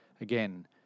again